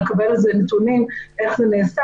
נקבל על זה נתונים איך זה נעשה.